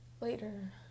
later